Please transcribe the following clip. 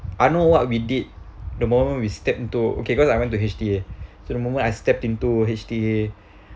I know what we did the moment we step into okay cause I went to H_T_A so the moment I stepped into H_T_A